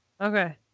Okay